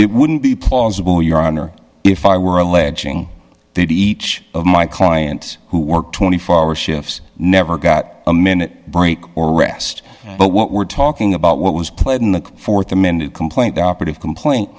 it wouldn't be plausible your honor if i were alleging that each of my client who work twenty four hour shifts never got a minute break or rest but what we're talking about what was played in the th amended complaint the operative complaint